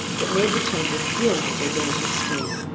that made the chamber dim with their delicious steam.